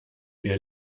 wir